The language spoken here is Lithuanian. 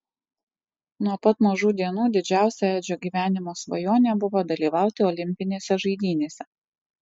nuo pat mažų dienų didžiausia edžio gyvenimo svajonė buvo dalyvauti olimpinėse žaidynėse